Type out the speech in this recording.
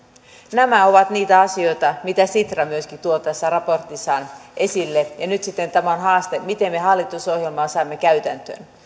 nämä ovat niitä asioita joita sitra myöskin tuo tässä raportissaan esille ja nyt sitten tämä on haaste miten me hallitusohjelmaa saamme käytäntöön